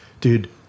dude